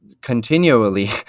continually